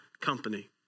company